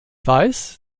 weiß